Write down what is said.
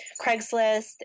Craigslist